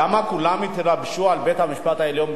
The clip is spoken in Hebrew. למה כולם התלבשו על בית-המשפט העליון?